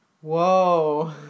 Whoa